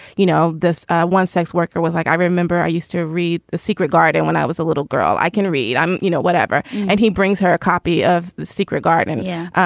you know, this one sex worker was like, i remember i used to read the secret garden when i was a little girl. i can read, you know, whatever. and he brings her a copy of the secret garden and yeah,